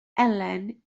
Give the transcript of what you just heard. elen